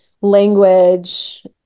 language